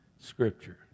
scripture